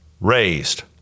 raised